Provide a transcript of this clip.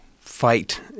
fight